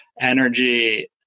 energy